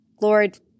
Lord